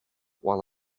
while